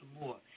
more